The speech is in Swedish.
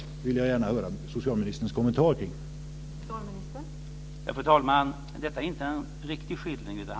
Jag vill gärna höra socialministerns kommentar kring det.